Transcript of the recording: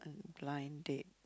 blind date